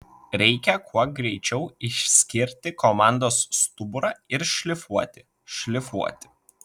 reikia kuo greičiau išskirti komandos stuburą ir šlifuoti šlifuoti